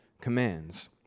commands